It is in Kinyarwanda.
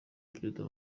perezida